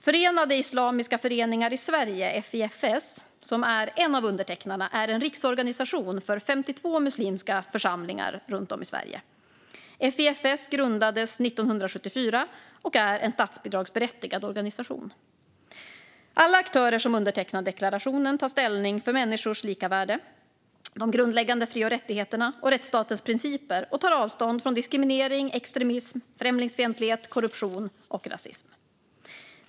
Förenade Islamiska Föreningar i Sverige, FIFS, som är en av undertecknarna, är en riksorganisation för 52 muslimska församlingar runt om i Sverige. FIFS grundades 1974 och är en statsbidragsberättigad organisation. Alla aktörer som undertecknar deklarationen tar ställning för människors lika värde, de grundläggande fri och rättigheterna och rättsstatens principer och tar avstånd från diskriminering, extremism, främlingsfientlighet, korruption och rasism.